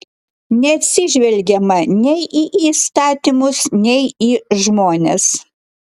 neatsižvelgiama nei į įstatymus nei į žmones